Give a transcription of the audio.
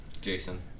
Jason